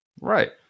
Right